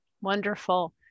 Wonderful